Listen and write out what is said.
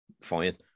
Fine